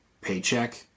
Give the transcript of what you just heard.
paycheck